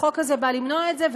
החוק הזה בא למנוע את זה,